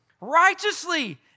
righteously